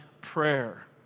prayer